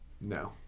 No